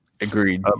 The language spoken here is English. agreed